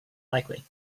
likely